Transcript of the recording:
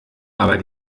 aber